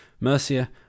Mercia